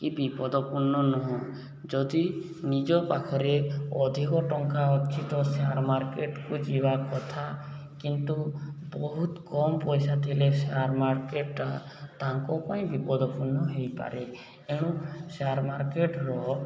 କି ବିପଦପୂର୍ଣ୍ଣ ନୁହଁ ଯଦି ନିଜ ପାଖରେ ଅଧିକ ଟଙ୍କା ଅଛି ତ ସେୟାର ମାର୍କେଟକୁ ଯିବା କଥା କିନ୍ତୁ ବହୁତ କମ୍ ପଇସା ଥିଲେ ସେୟାର ମାର୍କେଟଟା ତାଙ୍କ ପାଇଁ ବିପଦପୂର୍ଣ୍ଣ ହୋଇପାରେ ଏଣୁ ସେୟାର ମାର୍କେଟର